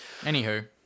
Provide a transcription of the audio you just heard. Anywho